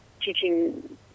teaching